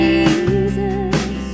Jesus